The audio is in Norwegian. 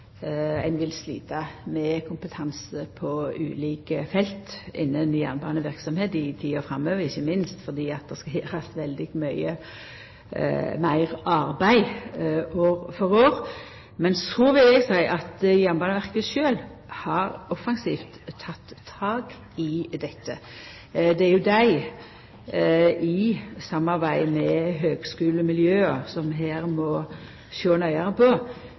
ein vil slita med kompetanse på ulike felt innanfor jernbaneverksemda i tida framover, ikkje minst fordi det skal gjerast veldig mykje meir arbeid, år for år. Men så vil eg seia at Jernbaneverket sjølv har offensivt teke tak i dette. Det er jo dei, i samarbeid med høgskulemiljøa, som må sjå nøyare på